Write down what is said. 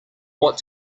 what